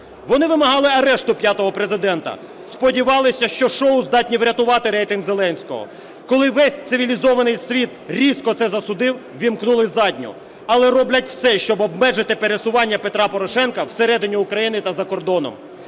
Вони вимагали арешту п'ятого Президента, сподівалися, що шоу здатні врятувати рейтинг Зеленського. Коли весь цивілізований світ різко це засудив, ввімкнули задню, але роблять все, щоб обмежити пересування Петра Порошенка всередині України та за кордоном.